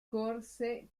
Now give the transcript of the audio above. corse